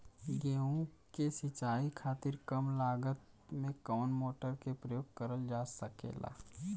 गेहूँ के सिचाई खातीर कम लागत मे कवन मोटर के प्रयोग करल जा सकेला?